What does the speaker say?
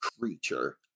creature